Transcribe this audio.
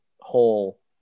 whole